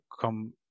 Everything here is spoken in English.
come